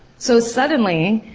so suddenly,